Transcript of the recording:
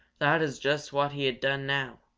that is just what he had done now.